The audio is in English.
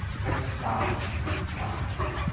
let's dye in pride.